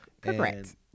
Correct